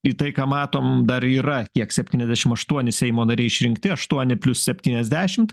į tai ką matom dar yra kiek septyniasdešim aštuoni seimo nariai išrinkti aštuoni plius septyniasdešimt